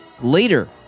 later